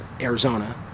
Arizona